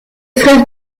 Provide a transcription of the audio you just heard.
frère